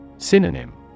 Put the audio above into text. Synonym